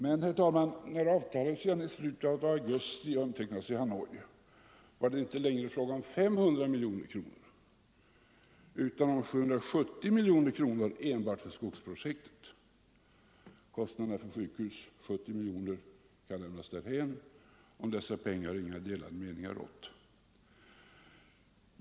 Men när avtalet sedan i slutet av augusti undertecknades i Hanoi var det icke längre fråga om 500 miljoner kronor utan om 770 miljoner enbart för skogsprojektet. Kostnaderna för ett sjukhus — 70 miljoner kronor - kan lämnas därhän; om dessa pengar har inga delade meningar rått.